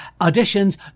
Auditions